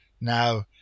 Now